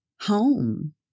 home